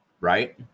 Right